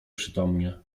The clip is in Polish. przytomnie